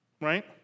Right